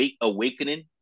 awakening